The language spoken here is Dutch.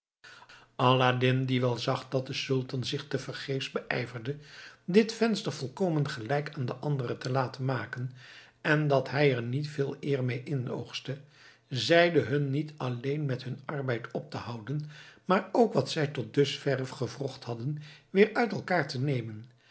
aladdin die wel zag dat de sultan zich te vergeefs beijverde dit venster volkomen gelijk aan de andere te laten maken en dat hij er niet veel eer mee inoogstte zeide hun niet alleen met hun arbeid op te houden maar ook wat zij tot dusverre gewrocht hadden weer uit elkaar te nemen